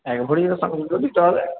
এক ভরি